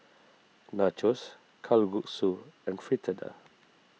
Nachos Kalguksu and Fritada